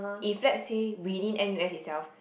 if let's say within n_u_s itself